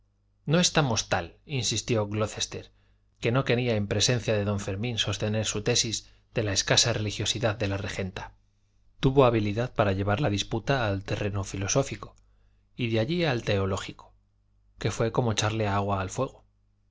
no estamos tal insistió glocester que no quería en presencia de don fermín sostener su tesis de la escasa religiosidad de la regenta tuvo habilidad para llevar la disputa al terreno filosófico y de allí al teológico que fue como echarle agua al fuego